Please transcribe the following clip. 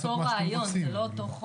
זה אותו רעיון, זה לא אותו חוק.